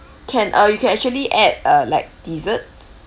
can uh you can actually add uh like desserts